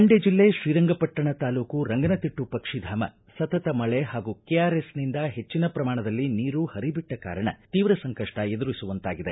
ಮಂಡ್ಯ ಜಿಲ್ಲೆ ಶ್ರೀರಂಗಪಟ್ಟಣ ತಾಲೂಕು ರಂಗನತಿಟ್ಟು ಪಕ್ಷಿಧಾಮ ಸತತ ಮಳೆ ಪಾಗೂ ಕೆಆರ್ಎಸ್ನಿಂದ ಪೆಚ್ಚಿನ ಪ್ರಮಾಣದಲ್ಲಿ ನೀರು ಪರಿಬಿಟ್ಟ ಕಾರಣ ಶೀವ್ರ ಸಂಕಷ್ಟ ಎದುರಿಸುವಂತಾಗಿದೆ